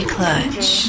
Clutch